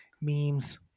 memes